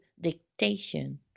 dictation